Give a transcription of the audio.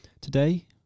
Today